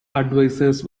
advisors